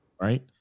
Right